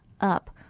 up